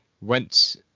Went